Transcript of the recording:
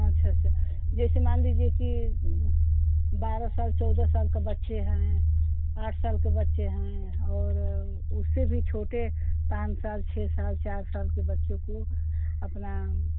अच्छा अच्छा जैसे मान लीजिए की बारह साल चौदह साल का बच्चे हैं आठ साल के बच्चे हैं और उ उससे भी छोटे पाँच साल छ साल चार साल के बच्चे को अपना